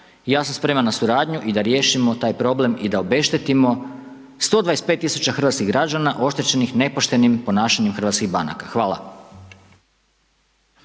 ja sam spreman na suradnju i da riješimo taj problem i da obeštetimo 125 000 hrvatskih građana oštećenih nepoštenim ponašanjem hrvatskih banaka. Hvala.